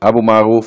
אבו מערוף,